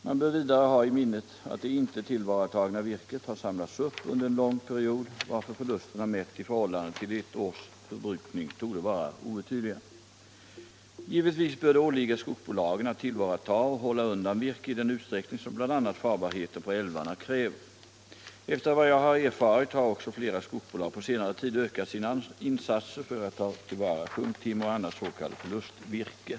Man bör vidare ha i minnet att det inte tillvaratagna virket har samlats upp under en lång period varför förlusterna mätta i förhållande till ett Nr 73 års förbrukning torde vara obetydliga. Givetvis bör det åligga skogsbolagen att tillvarata och hålla undan virke i den utsträckning som bl.a. farbarheten på älvarna kräver detta. so Efter vad jag har erfarit har också flera skogsbolag på senare tid ökat — Om bättre tillvarasina insatser för att ta till vara sjunktimmer och annat s.k. förlustvirke.